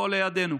פה לידנו,